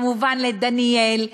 וכמובן לדניאל,